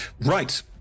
Right